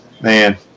man